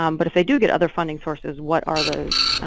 um but if they do get other funding sources, what are those?